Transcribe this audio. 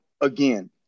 again